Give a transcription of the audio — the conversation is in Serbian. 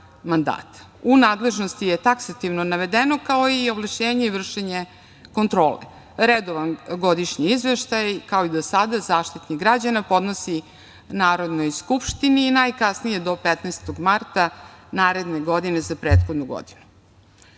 U nadležnosti je taksativno navedeno, kao i ovlašćenje i vršenje kontrole, redovan godišnji izveštaj, kao i do sada, Zaštitnik građana podnosi Narodnoj skupštini i najkasnije do 15. marta, naredne godine za prethodnu godinu. On